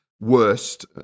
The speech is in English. worst